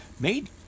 Made